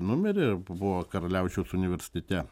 numirė buvo karaliaučiaus universitete